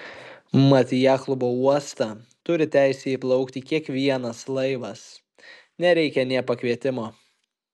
mat į jachtklubo uostą turi teisę įplaukti kiekvienas laivas nereikia nė pakvietimo